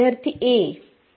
विद्यार्थी a